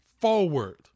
forward